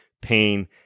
pain